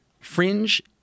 fringe